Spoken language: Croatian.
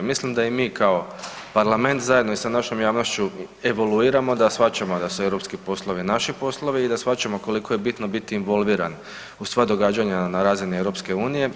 Mislim da i mi kao parlament zajedno sa našom javnošću evoluiramo, da shvaćamo da su europski poslovi, naši poslovi i da shvaćamo koliko je bitno biti involviran u sva događanja na razini EU.